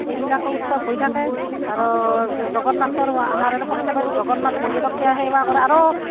এইবিলাকো উৎসৱ হৈ থাকে আৰু জগন্নাথৰ আমাৰ এৰে সৰ্থেবাৰীত জগন্নাথ মন্দিৰক সেয়া সেৱা কৰে আৰু